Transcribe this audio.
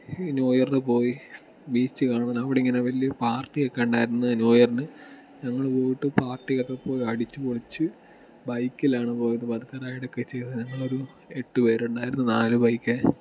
new യറിന് പോയി beach കാണാൻ അവിടെ ഇങ്ങനെ വലിയ പാർട്ടിയൊക്കേ ഉണ്ടായിരുന്നു ന്യൂ യറിന് ഞങ്ങൾ പോയിട്ട് പാർട്ടിയൊക്കെ പോയിട്ട് അടിച്ച് പൊളിച്ച് ബൈക്കിലാണ് പോയത് പതുക്കെ റൈഡ് ഒക്കെ ചെയ്ത് ഞങ്ങൾ ഒരു എട്ടുപേരുണ്ടായിരുന്നു നാല് ബൈക്ക്